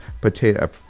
potato